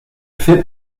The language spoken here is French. fait